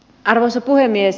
arvoisa puhemies